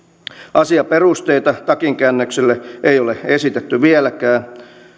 asiaperusteita takinkäännökselle ei ole esitetty vieläkään